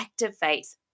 activates